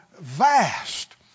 vast